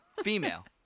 female